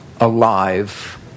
alive